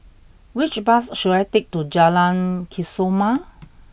which bus should I take to Jalan Kesoma